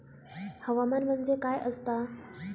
हवामान म्हणजे काय असता?